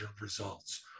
results